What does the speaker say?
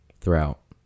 throughout